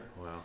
wow